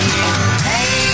Hey